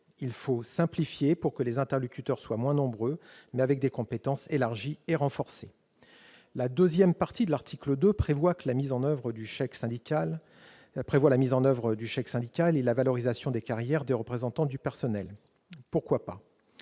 Il faut simplifier pour que les interlocuteurs soient moins nombreux, mais dotés de compétences élargies et renforcées. La deuxième partie de l'article 2 prévoit la mise en oeuvre du chèque syndical et la valorisation des carrières des représentants du personnel. Pourquoi pas ?